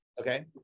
Okay